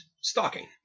stalking